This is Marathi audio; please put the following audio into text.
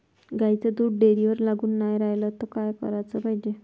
गाईचं दूध डेअरीवर लागून नाई रायलं त का कराच पायजे?